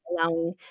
allowing